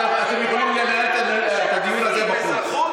אתם יכולים לנהל את הדיון הזה בחוץ.